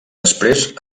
després